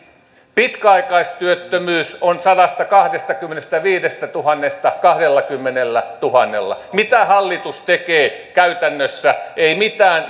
pitkäaikaistyöttömyys on sadastakahdestakymmenestäviidestätuhannesta noussut kahdellakymmenellätuhannella mitä hallitus tekee käytännössä ei mitään